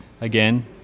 again